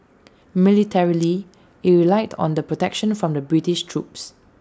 militarily IT relied on the protection from the British troops